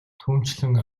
түүнчлэн